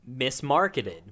mismarketed